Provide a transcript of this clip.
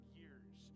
years